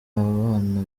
abana